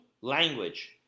language